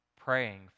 praying